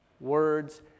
Words